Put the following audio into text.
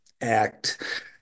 act